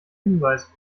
hinweis